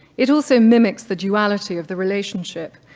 it also mimics the duality of the relationship,